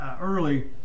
early